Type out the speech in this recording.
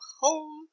home